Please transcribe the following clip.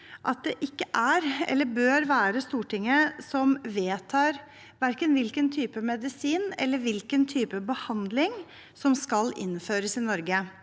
at det ikke er, eller bør være, Stortinget som vedtar hvilken type medisin eller hvilken type behandling som skal innføres i Norge.